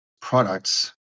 products